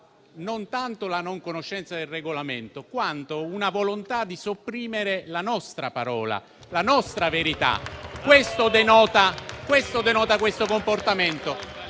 non tanto la non conoscenza del Regolamento, quanto una volontà di sopprimere la nostra parola, la nostra verità. *(Applausi. Commenti)*.